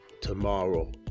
tomorrow